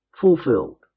Fulfilled